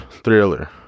Thriller